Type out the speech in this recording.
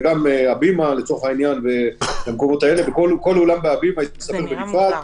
וגם הבימה והמקומות האלה כל אולם בהבימה ייספר בנפרד,